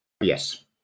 Yes